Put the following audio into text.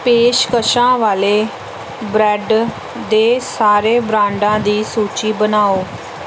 ਪੇਸ਼ਕਸ਼ਾਂ ਵਾਲੇ ਬ੍ਰੈੱਡ ਦੇ ਸਾਰੇ ਬ੍ਰਾਂਡਾਂ ਦੀ ਸੂਚੀ ਬਣਾਓ